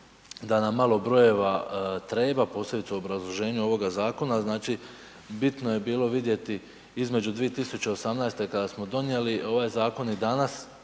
da nam malo brojeva treba posebice u obrazloženju ovoga zakona. Znači, bitno je bilo vidjeti između 2018. kada smo donijeli ovaj zakon i danas